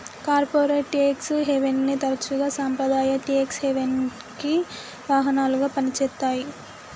corporate tax హెవెన్ని తరచుగా సాంప్రదాయ ట్యేక్స్ హెవెన్కి వాహనాలుగా పనిచేత్తాయి